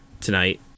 tonight